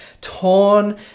torn